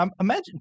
imagine